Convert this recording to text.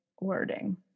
wording